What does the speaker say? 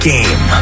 Game